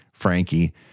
Frankie